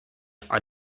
are